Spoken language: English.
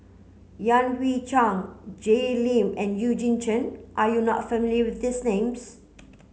Yan Hui Chang Jay Lim and Eugene Chen are you not familiar with these names